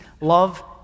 love